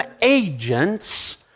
agents